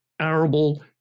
arable